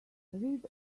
read